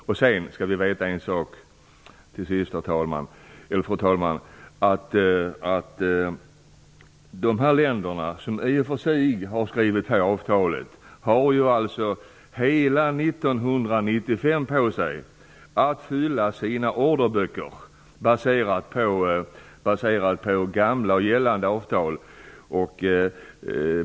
Vi skall till sist veta, fru talman, att de länder som i och för sig har skrivit under avtalet har hela 1995 på sig för att fylla sina orderböcker baserat på det gamla, gällande avtalet.